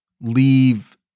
leave